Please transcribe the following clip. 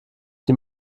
die